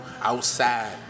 outside